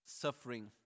Suffering